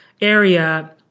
area